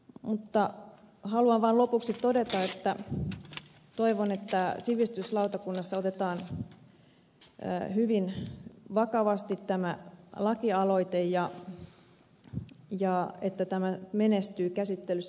haluan vain lopuksi todeta että toivon että sivistysvaliokunnassa otetaan hyvin vakavasti tämä lakialoite ja että tämä menestyy käsittelyssä